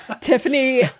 Tiffany